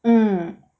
mm